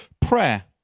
prayer